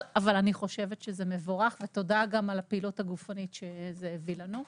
אבל אני חושבת שזה מבורך ותודה גם על הפעילות הגופנית שזה הביא לנו.